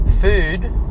food